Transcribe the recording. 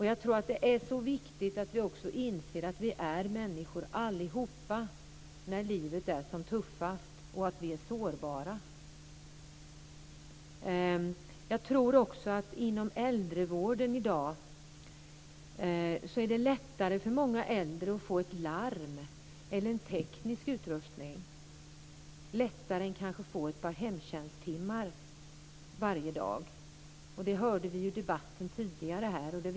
Jag tror att det är viktigt att vi också inser att vi är människor, allihop, när livet är som tuffast och att vi är sårbara. Inom äldrevården i dag tror jag att det är lättare för många äldre att få ett larm eller teknisk utrustning än att få ett par hemtjänsttimmar varje dag. Det hörde vi tidigare här i debatten.